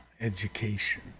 education